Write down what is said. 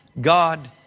God